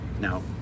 Now